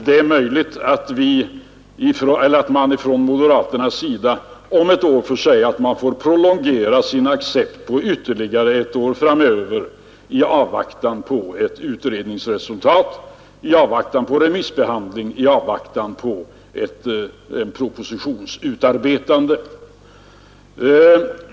Det är möjligt att man från moderaternas sida om ett år får lov att prolongera sin accept ytterligare ett år framöver i avvaktan på ett utredningsresultat, i avvaktan på remissbehandling, i avvaktan på en propositions utarbetande.